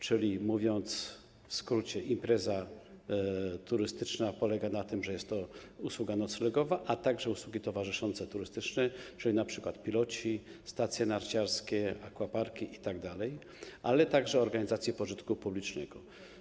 Czyli, mówiąc w skrócie, impreza turystyczna polega na tym, że jest to usługa noclegowa, a także usługi towarzyszące turystyczne, czyli np. piloci, stacje narciarskie, aquaparki itd., ale także organizacje pożytku publicznego.